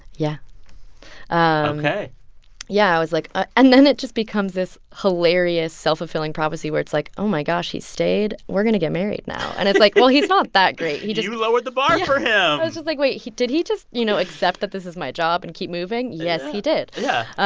yeah ah ok yeah, i was like ah and then it just becomes this hilarious, self-fulfilling prophecy where it's like, oh, my gosh, he stayed. we're going to get married now. and it's like, well, he's not that great. he just. you lowered the bar for him yeah. i was just like, wait he did he just, you know, accept that this is my job and keep moving? yes, he did yeah.